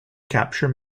capture